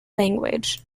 language